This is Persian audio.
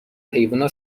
حیوونا